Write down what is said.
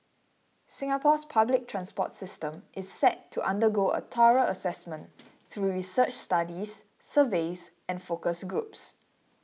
Singapore's public transport system is set to undergo a thorough assessment through research studies surveys and focus groups